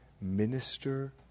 minister